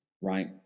right